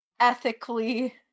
ethically